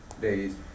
days